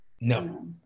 No